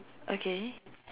okay